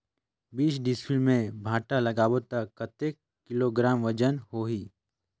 बीस डिसमिल मे भांटा लगाबो ता कतेक किलोग्राम वजन होही?